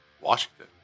Washington